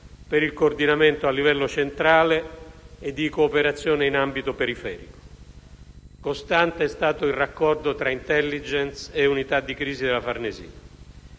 per il coordinamento a livello centrale e la cooperazione in ambito periferico. Costante è stato il rapporto tra *intelligence* e Unità di crisi della Farnesina.